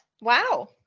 Wow